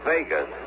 Vegas